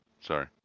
Sorry